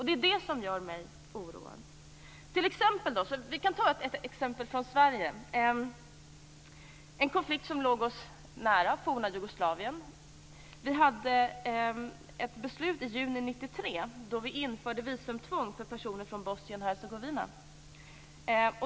Det är det som gör mig oroad. Vi kan ta ett exempel från Sverige och en konflikt som låg oss nära, det forna Jugoslavien. Vi beslutade i juni 1993 att införa visumtvång för personer från Bosnien-Hercegovina.